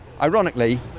ironically